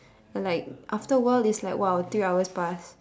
like after a while it's like !wow! three hours past